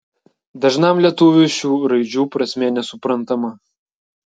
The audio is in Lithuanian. dažnam lietuviui šių raidžių prasmė nesuprantama